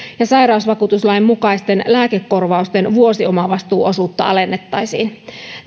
ja sairausvakuutuslain mukaisten lääkekorvausten vuosiomavastuuosuutta alennettaisiin